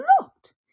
looked